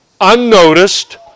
unnoticed